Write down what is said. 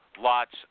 lots